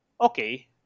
Okay